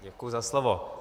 Děkuji za slovo.